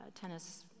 tennis